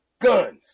guns